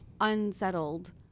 unsettled